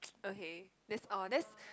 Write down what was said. okay this all this